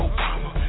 Obama